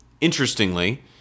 interestingly